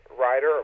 rider